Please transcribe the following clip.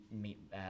meet